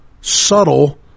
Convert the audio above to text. subtle